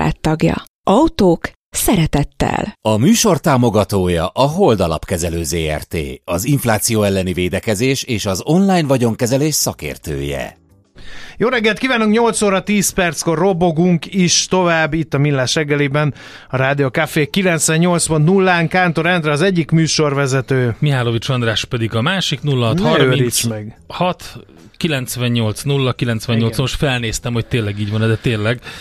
tagja. Autók szeretettel. A műsor támogatója a Hold Alapkezelő Zrt., az infláció elleni védekezés és az online vagyonkezelés szakértője. Jó reggelt kívánunk, nyolc óra 10 perckor robogunk is tovább itt a Millás reggeliben, a Rádió Café 98.0-n, Kántor Endre az egyik műsorvezető. Mihálovics András pedig a másik, 06 30- Ne őrjíts meg. 6, 98 0 98- Igen. Most felnéztem, hogy tényleg így van, de tényleg.